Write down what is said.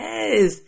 Yes